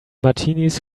martinis